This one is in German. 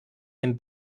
dem